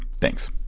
Thanks